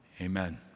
Amen